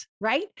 right